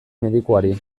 medikuari